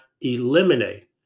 eliminate